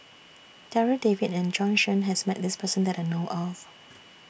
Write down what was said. Darryl David and Bjorn Shen has Met This Person that I know of